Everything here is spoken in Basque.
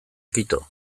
kito